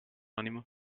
animo